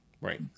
Right